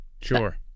Sure